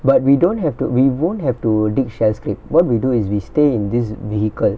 but we don't have to we won't have to dig shell scrape what we do is we stay in this vehicle